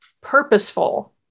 purposeful